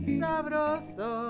sabroso